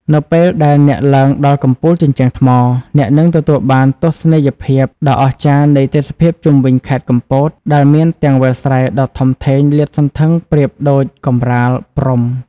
នៅពេលដែលអ្នកឡើងដល់កំពូលជញ្ជាំងថ្ម អ្នកនឹងទទួលបានទស្សនីយភាពដ៏អស្ចារ្យនៃទេសភាពជុំវិញខេត្តកំពតដែលមានទាំងវាលស្រែដ៏ធំធេងលាតសន្ធឹងប្រៀបដូចកម្រាលព្រំ។